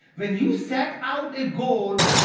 when you set out a goal,